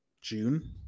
June